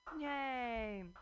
Yay